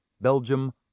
Belgium